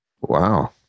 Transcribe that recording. Wow